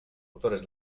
autores